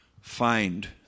find